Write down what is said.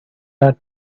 that